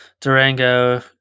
durango